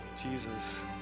Jesus